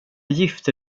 gifte